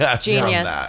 Genius